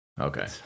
Okay